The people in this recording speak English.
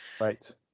Right